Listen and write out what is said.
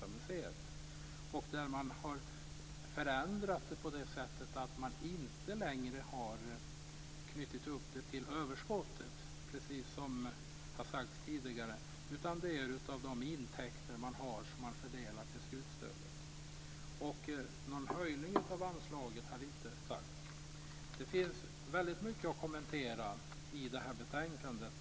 Som tidigare har sagts har man gjort förändringen att anslaget inte längre är knutet till överskottet, utan det är intäkterna från Vasamuseet som fördelas till skutstödet. Någon höjning av anslaget har inte utlovats. Det finns mycket att kommentera i betänkandet.